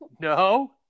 No